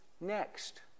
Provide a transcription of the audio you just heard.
Next